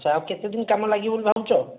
ଆଚ୍ଛା ଆଉ କେତେ ଦିନ କାମ ଲାଗିବ ବୋଲି ଭାବୁଛ